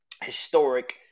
historic